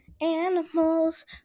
animals